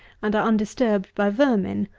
and are undisturbed by vermin,